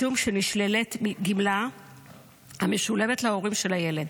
משום שנשללת גמלה המשולמת להורים של הילד,